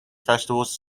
festivals